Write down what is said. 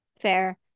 Fair